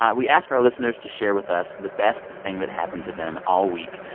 um we ask our listeners to share with us the best thing that happened to them all week.